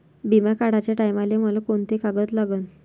बिमा काढाचे टायमाले मले कोंते कागद लागन?